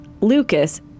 Lucas